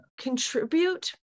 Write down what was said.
contribute